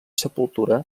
sepultura